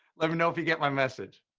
let me know if you get my message.